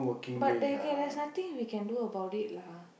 but there can there's nothing we can do about it lah